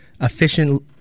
efficient